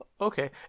Okay